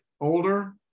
older